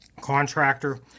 contractor